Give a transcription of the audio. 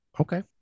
Okay